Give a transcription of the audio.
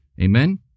Amen